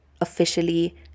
officially